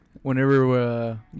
Whenever